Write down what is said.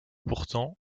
pourtant